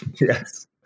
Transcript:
Yes